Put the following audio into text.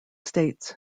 states